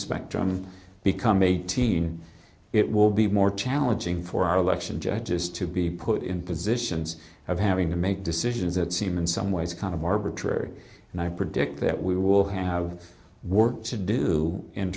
spectrum become eighteen it will be more challenging for our election judges to be put in positions of having to make decisions that seem in some ways kind of arbitrary and i dick that we will have work to do